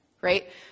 right